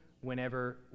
whenever